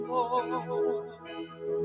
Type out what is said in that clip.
Lord